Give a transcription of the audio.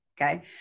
Okay